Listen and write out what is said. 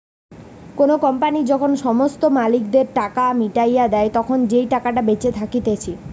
কোনো কোম্পানি যখন সমস্ত মালিকদের টাকা মিটাইয়া দেই, তখন যেই টাকাটা বেঁচে থাকতিছে